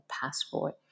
passport